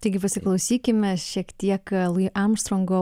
taigi pasiklausykime šiek tiek lui armstrongo